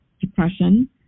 depression